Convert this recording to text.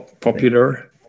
popular